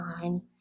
time